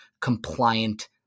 compliant